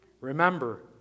Remember